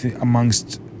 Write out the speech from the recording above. amongst